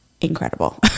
incredible